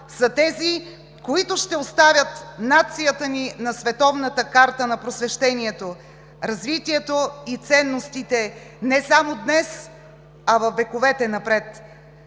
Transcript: са тези, които ще оставят нацията ни на световната карта на просвещението, развитието и ценностите не само днес, а във вековете напред.